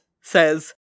says